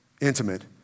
intimate